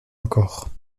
encore